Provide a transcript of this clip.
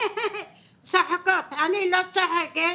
אני לא צוחקת,